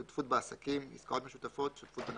שותפות בעסקים, עסקאות משותפות, שותפות בנכסים.